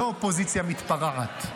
לא אופוזיציה מתפרעת.